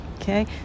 okay